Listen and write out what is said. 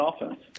offense